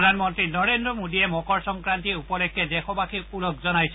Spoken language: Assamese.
প্ৰধানমন্তী নৰেন্দ্ৰ মোদীয়ে মকৰ সংক্ৰান্তি উপলক্ষে দেশবাসীক ওলগ জনাইছে